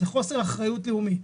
זה חוסר אחריות לאומי.